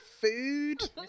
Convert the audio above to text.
food